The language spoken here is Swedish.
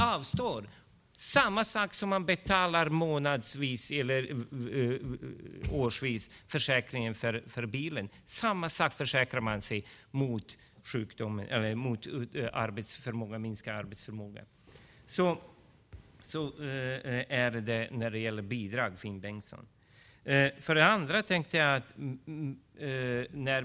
På samma sätt som vi betalar bilförsäkring månadsvis eller årsvis försäkrar vi oss mot minskad arbetsförmåga. Så är det när det gäller bidrag, Finn Bengtsson.